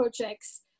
projects